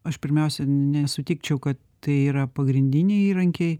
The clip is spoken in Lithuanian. aš pirmiausia nesutikčiau kad tai yra pagrindiniai įrankiai